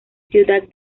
ciudad